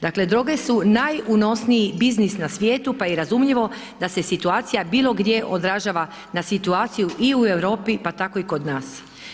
Dakle, droge su unosniji biznis na svijetu pa je i razumljivo da se situacija bilo gdje održava na situaciju i u Europi pa tako i kod nas.